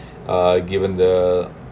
uh given the